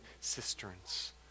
cisterns